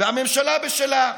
והממשלה בשלה.